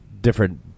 different